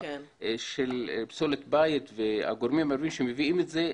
פסולת בית והגורמים שמביאים את זה,